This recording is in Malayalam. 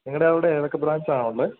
നിങ്ങളുടെ അവിടെ ഏതൊക്കെ ബ്രാൻഡ്സാണ് ഉള്ളത്